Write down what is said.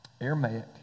Aramaic